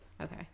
okay